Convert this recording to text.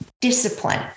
discipline